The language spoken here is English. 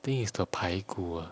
think it's the 排骨 uh